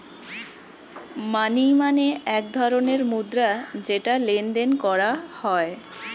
মানি মানে এক ধরণের মুদ্রা যেটা লেনদেন করা হয়